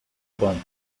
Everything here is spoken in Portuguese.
banco